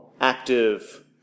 active